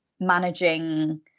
managing